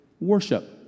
worship